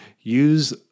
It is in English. use